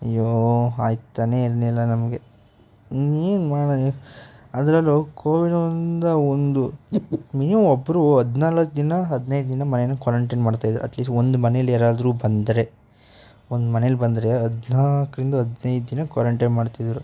ಅಯ್ಯೋ ಆಗ್ತಾನೆ ಇರಲಿಲ್ಲ ನಮಗೆ ಇನ್ನೇನು ಮಾಡೋದು ಅದರಲ್ಲೂ ಕೋವಿಡ್ ಒಂದು ಒಂದು ಮಿನಿಮಮ್ ಒಬ್ಬರು ಹದ್ನಾಲ್ಕು ದಿನ ಹದ್ನೈದು ದಿನ ಮನೇನ ಕ್ವಾರಂಟೈನ್ ಮಾಡ್ತಾಯಿದ್ದರು ಅಟ್ಲಿಸ್ಟ್ ಒಂದು ಮನೇಲಿ ಯಾರಾದರೂ ಬಂದರೆ ಒಂದು ಮನೆಲಿ ಬಂದರೆ ಹದ್ನಾಲ್ಕ್ರಿಂದ ಹದ್ನೈದು ದಿನ ಕ್ವಾರಂಟೈನ್ ಮಾಡ್ತಿದ್ದರು